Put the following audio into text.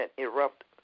erupt